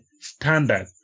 standard